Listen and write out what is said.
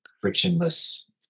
frictionless